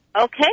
okay